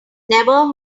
never